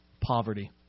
Poverty